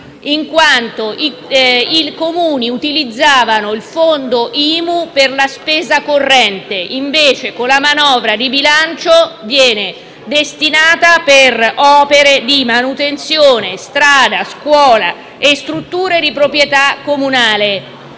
in quanto i Comuni utilizzavano quel Fondo per la spesa corrente e invece, con la manovra di bilancio, viene destinato per opere di manutenzione, strade, scuole e strutture di proprietà comunale.